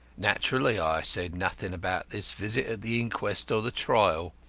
naturally i said nothing about this visit at the inquest or the trial.